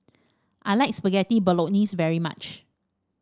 I like Spaghetti Bolognese very much